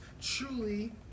truly